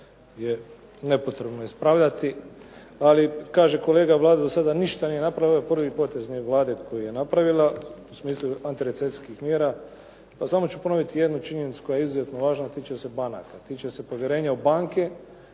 nepotrebno ispravljati. Ali kaže kolega, Vlada do sada ništa nije napravila, ovo je prvi potez Vlade koji je napravila u smislu antirecesijskih mjera. Pa samo ću ponoviti jednu činjenicu koja je izuzetno važna, tiče se banaka, tiče se povjerenja u banke.